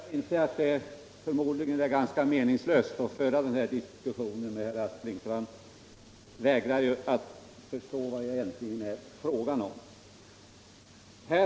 Herr talman! Jag börjar inse att det förmodligen är ganska meningslöst att föra den här diskussionen med herr Aspling, för han vägrar ju att förstå vad det egentligen är fråga om.